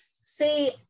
See